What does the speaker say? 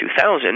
2000